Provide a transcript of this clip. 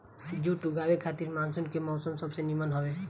जुट उगावे खातिर मानसून के मौसम सबसे निमन हवे